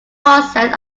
process